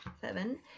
seven